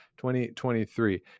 2023